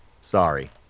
Sorry